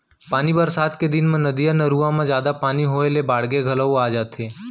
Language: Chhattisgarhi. पानी बरसात के दिन म नदिया, नरूवा म जादा पानी होए ले बाड़गे घलौ आ जाथे